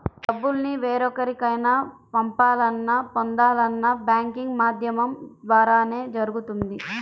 డబ్బుల్ని వేరెవరికైనా పంపాలన్నా, పొందాలన్నా బ్యాంకింగ్ మాధ్యమం ద్వారానే జరుగుతుంది